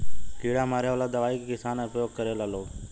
कीड़ा मारे वाला दवाई के किसान उपयोग करेला लोग